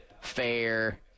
fair